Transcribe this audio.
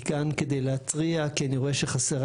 אני כאן כדי להתריע כי אני רואה שחסרה